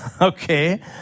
okay